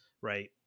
right